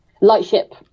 Lightship